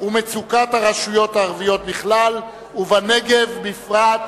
ומצוקת הרשויות הערביות בכלל ובנגב בפרט.